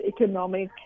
economic